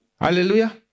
Hallelujah